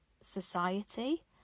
society